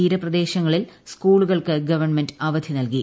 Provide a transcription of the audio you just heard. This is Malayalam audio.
തീരപ്രദേശങ്ങളിൽ സ്കൂളുകൾക്ക് ക്വൺമെന്റ് അവധി നൽകി